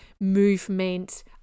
movement